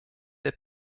der